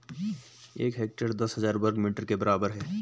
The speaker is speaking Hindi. एक हेक्टेयर दस हजार वर्ग मीटर के बराबर है